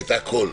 את הכול.